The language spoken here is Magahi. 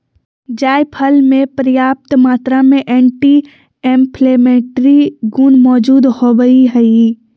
जायफल मे प्रयाप्त मात्रा में एंटी इंफ्लेमेट्री गुण मौजूद होवई हई